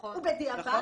בדיעבד,